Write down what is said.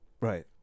Right